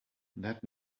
that